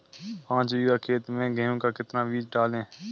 पाँच बीघा खेत में गेहूँ का कितना बीज डालें?